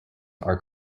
are